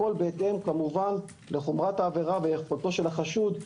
הכול כמובן בהתאם לחומרת העבירה וליכולתו של החשוד.